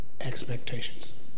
expectations